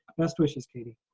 best wishes, katie.